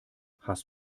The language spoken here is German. hast